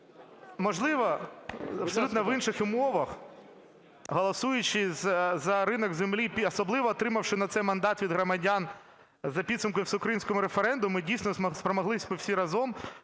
Можливо, в абсолютно інших умовах, голосуючи за ринок землі, особливо отримавши на це мандат від громадян за підсумками всеукраїнського референдуму, ми дійсно спромоглися би всі разом